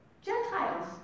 Gentiles